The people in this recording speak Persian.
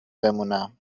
بمونم